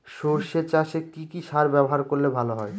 সর্ষে চাসে কি কি সার ব্যবহার করলে ভালো হয়?